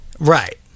right